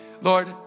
Lord